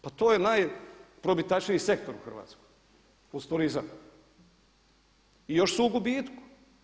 Pa to je najprobitačniji sektor u Hrvatskoj uz turizam i još su u gubitku.